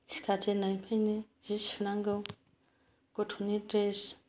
सिखारजेन्नायफ्रायनो जि सुनांगौ गथ'नि द्रेस